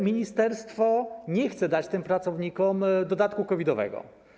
Ministerstwo nie chce dać tym pracownikom dodatku COVID-owego.